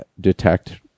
detect